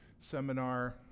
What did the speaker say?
seminar